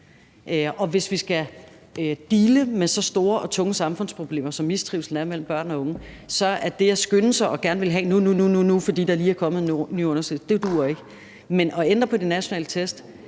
nu. Hvis vi skal deale med så store og tunge samfundsproblemer, som mistrivslen blandt børn og unge er, så duer det ikke at skynde sig og gerne ville have noget nu, nu, nu, fordi der lige er kommet en ny undersøgelse. Men at ændre på de nationale test,